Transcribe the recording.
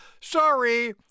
Sorry